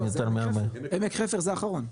לא זה עמק חפר, עמק חפר זה אחרון.